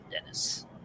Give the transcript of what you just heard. Dennis